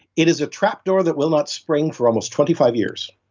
it is a trap door that will not spring for almost twenty five years.